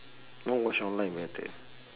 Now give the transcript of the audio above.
now watch online better